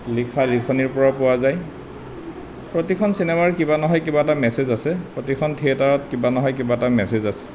লিখা লিখনিৰপৰাও পোৱা যায় প্ৰতিখন চিনেমাৰ কিবা নহয় কিবা এটা মেচেজ আছে প্ৰতিখন থিয়েটাৰত কিবা নহয় কিবা এটা মেচেজ আছে